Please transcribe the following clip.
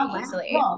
easily